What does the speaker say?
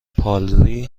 پارلی